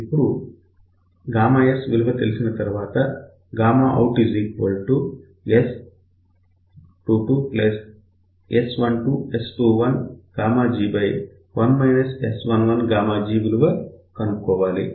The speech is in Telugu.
ఇప్పుడు s విలువ తెలిసిన తర్వాత outS22S12S21g1 S11g విలువ కనుక్కోవాలి